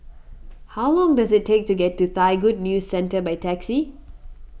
how long does it take to get to Thai Good News Centre by taxi